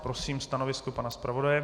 Prosím stanovisko pana zpravodaje?